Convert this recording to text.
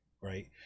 Right